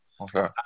Okay